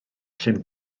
llyn